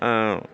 ओ